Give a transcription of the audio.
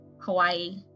Hawaii